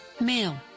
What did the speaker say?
male